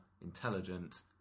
intelligent